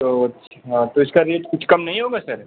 तो उसका रेट कुछ कम नहीं होगा सर